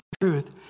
truth